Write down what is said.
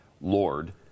lord